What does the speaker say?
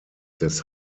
des